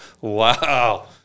Wow